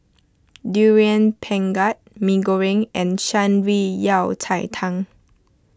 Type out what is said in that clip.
Durian Pengat Mee Goreng and Shan Rui Yao Cai Tang